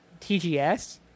TGS